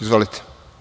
Izvolite.